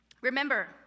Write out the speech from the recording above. Remember